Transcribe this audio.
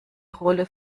rolle